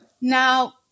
Now